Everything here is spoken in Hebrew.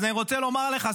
אז אני רוצה לומר לך,